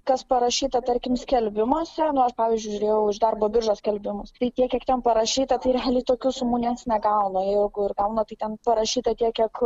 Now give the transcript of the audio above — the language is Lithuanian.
kas parašyta tarkim skelbimuose na aš pavyzdžiui žiūrėjau iš darbo biržos skelbimus kai tiek kiek ten parašyta tai realiai tokių sumų niekas negauna o kur gauna tai ten parašyta tiek